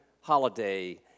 holiday